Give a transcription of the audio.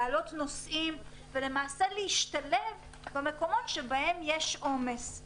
להעלות נוסעים ולמעשה להשתלב במקומות בהם יש עומס.